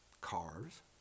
cars